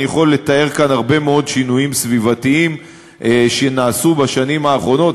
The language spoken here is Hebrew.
אני יכול לתאר כאן הרבה מאוד שינויים סביבתיים שנעשו בשנים האחרונות,